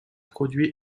produits